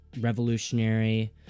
revolutionary